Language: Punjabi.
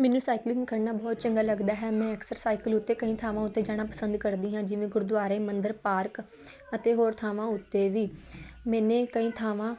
ਮੈਨੂੰ ਸਾਈਕਲਿੰਗ ਕਰਨਾ ਬਹੁਤ ਚੰਗਾ ਲੱਗਦਾ ਹੈ ਮੈਂ ਅਕਸਰ ਸਾਈਕਲ ਉੱਤੇ ਕਈ ਥਾਵਾਂ ਉੱਤੇ ਜਾਣਾ ਪਸੰਦ ਕਰਦੀ ਹਾਂ ਜਿਵੇਂ ਗੁਰਦੁਆਰੇ ਮੰਦਰ ਪਾਰਕ ਅਤੇ ਹੋਰ ਥਾਵਾਂ ਉੱਤੇ ਵੀ ਮੈਨੇ ਕਈ ਥਾਵਾਂ